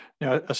Now